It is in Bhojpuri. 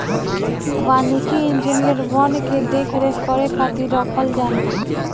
वानिकी इंजिनियर वन के देख रेख करे खातिर रखल जाने